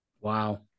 Wow